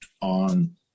on